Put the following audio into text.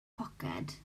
poced